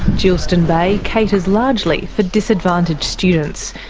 geilston bay caters largely for disadvantaged students,